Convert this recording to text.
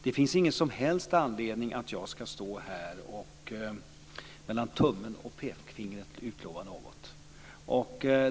Det finns ingen som helst anledning för mig att här mellan tummen och pekfingret utlova något.